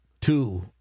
two